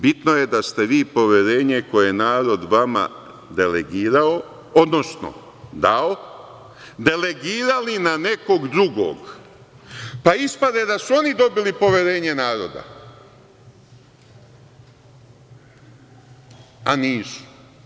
Bitno je da ste vi poverenje koje je narod vama delegirao, odnosno dao, delegirali na nekog drugog, pa ispade da su oni dobili poverenje naroda, a nisu.